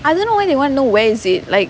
I don't know why they want to know where is it like